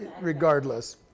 regardless